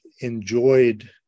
enjoyed